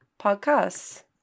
podcasts